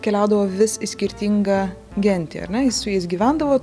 keliaudavo vis į skirtingą gentį ar ne jis su jais gyvendavo